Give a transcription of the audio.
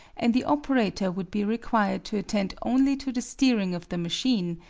and the operator would be required to attend only to the steering of the machine,